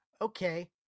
Okay